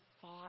thought